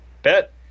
Bet